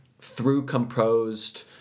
through-composed